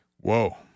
Whoa